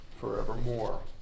forevermore